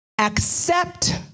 Accept